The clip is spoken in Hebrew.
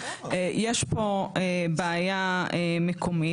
יש פה בעיה מקומית,